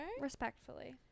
Respectfully